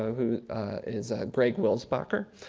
who is greg wilsbacher,